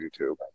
YouTube